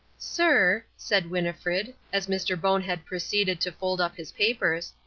sir, said winnifred, as mr. bonehead proceeded to fold up his papers,